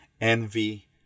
envy